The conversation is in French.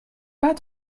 pas